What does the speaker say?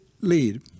lead